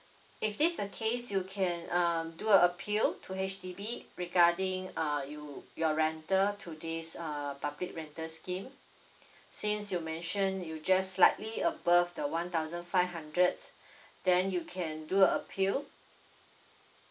if this is the case you can um do a appeal to H_D_B regarding uh you your rental to this uh public rental scheme since you mentioned you just slightly above the one thousand five hundred then you can do a appeal